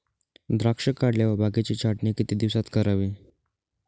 द्राक्षे काढल्यावर बागेची छाटणी किती दिवसात करावी?